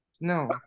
No